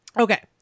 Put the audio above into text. Okay